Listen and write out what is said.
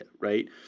right